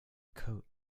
coat